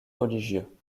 religieux